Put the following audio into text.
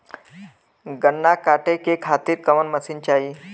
गन्ना कांटेके खातीर कवन मशीन चाही?